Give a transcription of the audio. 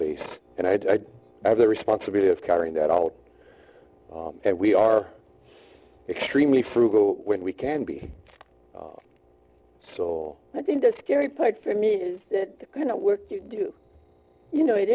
place and i have the responsibility of caring that out and we are extremely frugal when we can be so i think the scary part for me is that the kind of work you do you know it